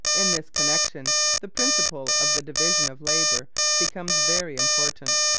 in this connection the principle of the division of labour becomes very important.